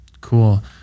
Cool